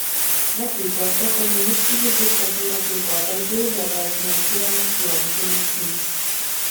mokyklose komunistinės diktatūros laikotarpiui beveik neskiriamas joks dėmesys